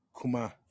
Kuma